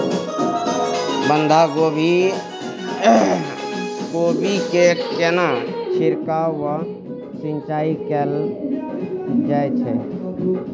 बंधागोभी कोबी मे केना छिरकाव व सिंचाई कैल जाय छै?